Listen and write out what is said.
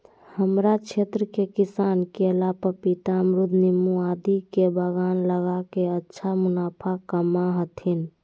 हमरा क्षेत्र के किसान केला, पपीता, अमरूद नींबू आदि के बागान लगा के अच्छा मुनाफा कमा हथीन